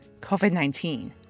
COVID-19